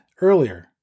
earlier